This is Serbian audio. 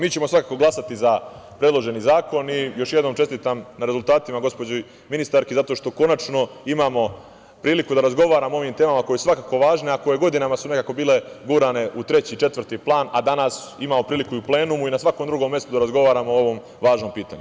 Mi ćemo svakako glasati za predloženi zakon i još jednom čestitam na rezultatima gospođi ministarki, zato što konačno imamo priliku da razgovaramo o ovim temama koja su svakako važne, a koje su godinama nekako bile gurane u treći, četvrti plan, a danas imamo priliku i u plenumu i na svakom drugom mestu da razgovaramo o ovom važnom pitanju.